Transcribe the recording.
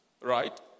right